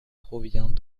provient